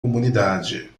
comunidade